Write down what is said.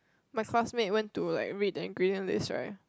my classmate went to like read the ingredient list right